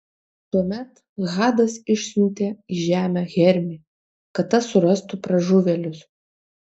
tuomet hadas išsiuntė į žemę hermį kad tas surastų pražuvėlius